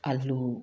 ꯑꯥꯂꯨ